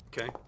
Okay